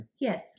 Yes